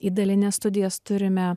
į dalines studijas turime